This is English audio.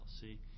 see